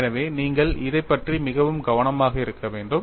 எனவே நீங்கள் இதைப் பற்றி மிகவும் கவனமாக இருக்க வேண்டும்